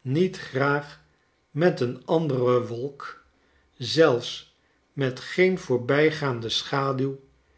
niet graagmet eenandere wolk zelfs met geen voorbijgaande schaduw